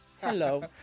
Hello